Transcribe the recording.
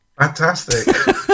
Fantastic